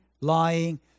lying